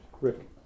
Rick